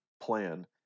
plan